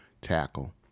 tackle